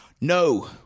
no